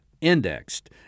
indexed